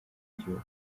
gihugu